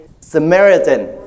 Samaritan